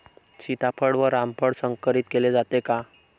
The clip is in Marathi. सीताफळ व रामफळ संकरित केले जाते का?